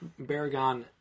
baragon